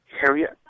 Harriet